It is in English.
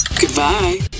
Goodbye